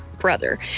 brother